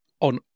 on